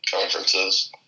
conferences